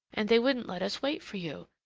and they wouldn't let us wait for you.